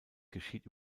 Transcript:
geschieht